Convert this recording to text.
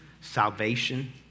salvation